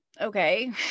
okay